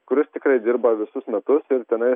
kuris tikrai dirba visus metus ir tenai